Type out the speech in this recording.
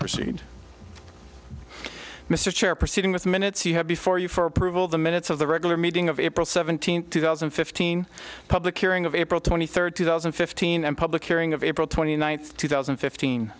proceed mr chair proceeding with minutes you have before you for approval the minutes of the regular meeting of april seventeenth two thousand and fifteen public hearing of april twenty third two thousand and fifteen and public hearing of april twenty ninth two thousand and fifteen